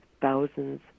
thousands